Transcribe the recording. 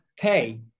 pay